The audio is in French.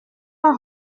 pas